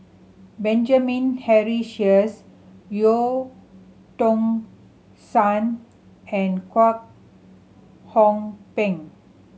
Benjamin Henry Sheares Eu Tong Sen and Kwek Hong Png